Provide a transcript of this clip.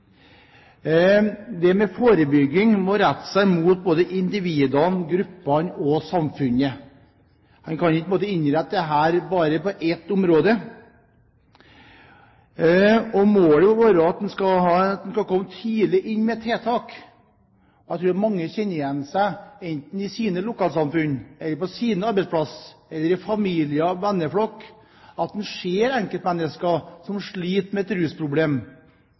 Det med forebygging må rette seg mot både individene, gruppene og samfunnet. En kan ikke innrette dette mot bare ett område, og målet må være at en skal komme tidlig inn med tiltak. Jeg tror mange kjenner seg igjen, enten i sitt lokalsamfunn eller på sin arbeidsplass, eller blant familie og venneflokk: En ser enkeltmennesker som sliter med et rusproblem,